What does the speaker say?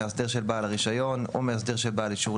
מאסדר של בעל הרישיון או מאסדר של בעל האישור,